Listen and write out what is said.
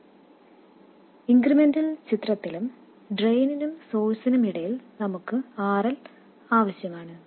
മാത്രമല്ല ഇൻക്രിമെന്റൽ ചിത്രത്തിൽ ഡ്രെയിനിനും സോഴ്സിനും ഇടയിൽ നമുക്ക് RL ആവശ്യമാണ്